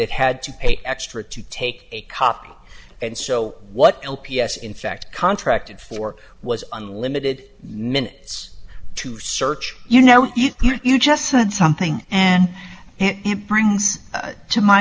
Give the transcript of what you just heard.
it had to pay extra to take a copy and so what l p s in fact contracted for was unlimited minutes to search you know you just said something and it brings to my